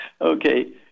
Okay